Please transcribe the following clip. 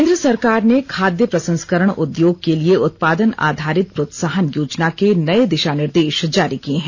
केन्द्र सरकार ने खाद्य प्रसंस्करण उद्योग के लिए उत्पादन आधारित प्रोत्साहन योजना के नए दिशा निर्देश जारी किए हैं